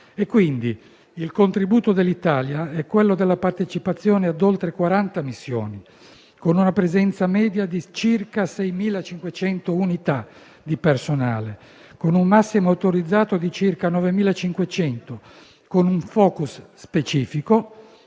il contributo dell'Italia è quello della partecipazione ad oltre 40 missioni, con una presenza media di circa 6.500 unità di personale, con un massimo autorizzato di circa 9.500, con un *focus* specifico